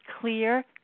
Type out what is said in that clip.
clear